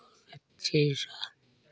अच्छे सा